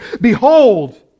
Behold